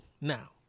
Now